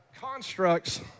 constructs